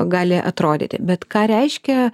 gali atrodyti bet ką reiškia